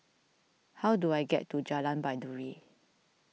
how do I get to Jalan Baiduri